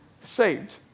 saved